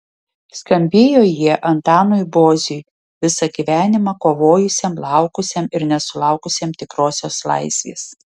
skambėjo jie antanui boziui visą gyvenimą kovojusiam laukusiam ir nesulaukusiam tikrosios laisvės